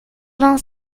vingt